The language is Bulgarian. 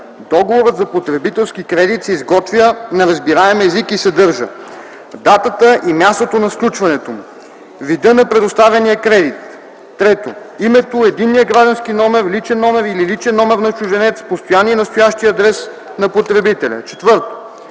Договорът за потребителски кредит се изготвя на разбираем език и съдържа: 1. Датата и мястото на сключването му; 2. вида на предоставения кредит; 3. името, единния граждански номер (личен номер или личен номер за чужденец), постоянния и настоящия адрес на потребителя; 4.